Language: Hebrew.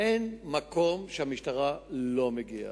אין מקום שהמשטרה לא מגיעה.